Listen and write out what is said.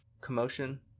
commotion